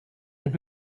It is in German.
und